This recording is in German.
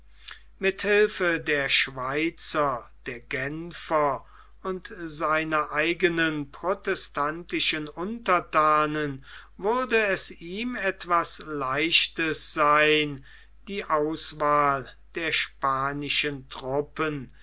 mit hilfe der schweizer der genfer und seiner eigenen protestantischen unterthanen würde es ihm etwas leichtes sein die auswahl der spanischen truppen